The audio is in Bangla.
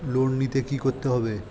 লোন নিতে কী করতে হবে?